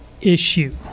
issue